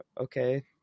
okay